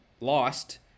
lost